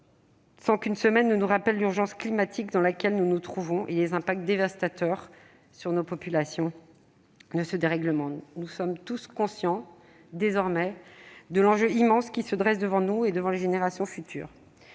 et en Belgique, nous rappelle l'urgence climatique dans laquelle nous nous trouvons et ses impacts dévastateurs sur nos populations. Nous sommes désormais tous conscients de l'enjeu immense qui se dresse devant nous et devant les générations futures.